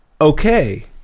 Okay